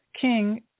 king